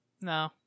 No